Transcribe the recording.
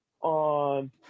on